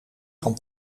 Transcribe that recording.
van